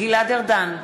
גלעד ארדן,